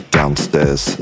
downstairs